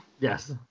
Yes